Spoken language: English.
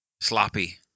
sloppy